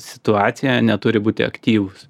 situacijoje neturi būti aktyvūs